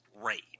great